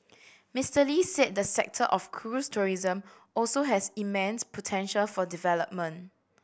Mister Lee said the sector of cruise tourism also has immense potential for development